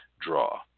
draw